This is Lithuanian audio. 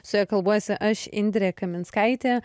su ja kalbuosi aš indrė kaminskaitė